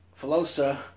Filosa